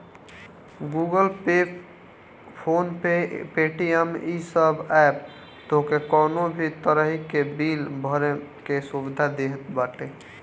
Google Pay, PhonePe, Paytm इ सब app तोहके कवनो भी तरही के बिल भरे के सुविधा देत बाने